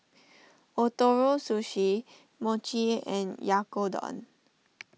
Ootoro Sushi Mochi and Oyakodon